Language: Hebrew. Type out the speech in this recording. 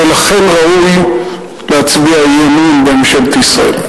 ולכן ראוי להצביע אי-אמון בממשלת ישראל.